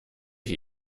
ich